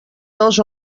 dos